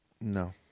No